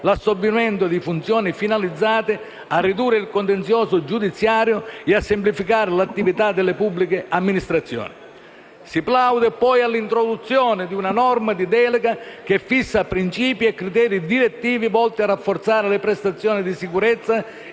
l'assolvimento di funzioni finalizzate a ridurre il contenzioso giudiziario e a semplificare l'attività delle pubbliche amministrazioni. Si plaude, poi, all'introduzione di una norma di delega che fissa principi e criteri direttivi volti a rafforzare le prestazioni di sicurezza